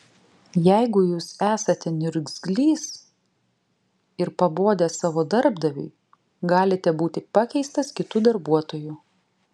jeigu jūs esate niurgzlys ir pabodęs savo darbdaviui galite būti pakeistas kitu darbuotoju